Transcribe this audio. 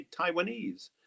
Taiwanese